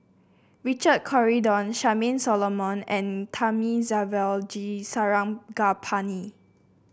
Richard Corridon Charmaine Solomon and Thamizhavel G Sarangapani